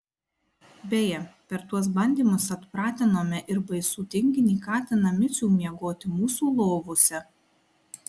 beje per tuos bandymus atpratinome ir baisų tinginį katiną micių miegoti mūsų lovose